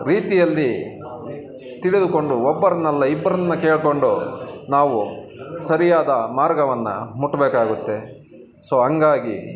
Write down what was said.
ರೀತಿಯಲ್ಲಿ ತಿಳಿದುಕೊಂಡು ಒಬ್ಬರನ್ನಲ್ಲ ಇಬ್ಬರನ್ನ ಕೇಳಿಕೊಂಡು ನಾವು ಸರಿಯಾದ ಮಾರ್ಗವನ್ನು ಮುಟ್ಟಬೇಕಾಗುತ್ತೆ ಸೊ ಹಂಗಾಗಿ